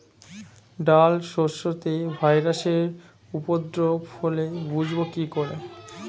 ডাল শস্যতে ভাইরাসের উপদ্রব হলে বুঝবো কি করে?